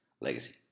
legacy